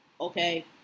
Okay